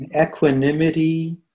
Equanimity